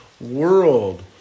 world